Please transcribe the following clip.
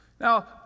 Now